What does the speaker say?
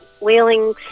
wheeling